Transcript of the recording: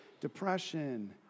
depression